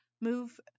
move